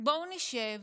בואו נשב,